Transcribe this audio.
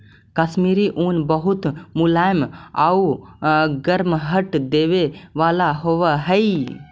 कश्मीरी ऊन बहुत मुलायम आउ गर्माहट देवे वाला होवऽ हइ